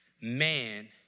man